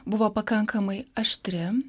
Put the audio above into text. buvo pakankamai aštri